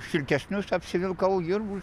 šiltesnius apsivilkau ir